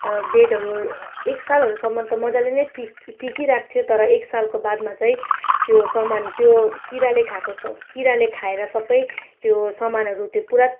बेडहरू एक सालहरूसम्म त मजाले टिक् टिकिरहेको थियो तर एक सालको बादमा चाहिँ त्यो सामान त्यो किराले खाएको किराले खाएर सबै त्यो सामानहरू त्यो पुरा